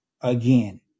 again